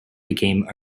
became